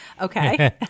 okay